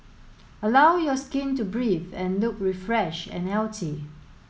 allow your skin to breathe and look refreshed and healthy